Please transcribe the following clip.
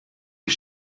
die